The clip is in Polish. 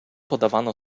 podawano